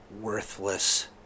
worthless